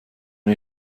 این